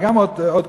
וגם עוד קודם,